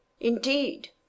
Indeed